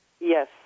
Yes